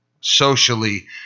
socially